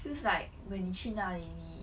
feels like when 你去那里你